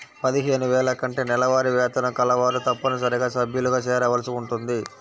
పదిహేను వేల కంటే నెలవారీ వేతనం కలవారు తప్పనిసరిగా సభ్యులుగా చేరవలసి ఉంటుంది